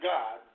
God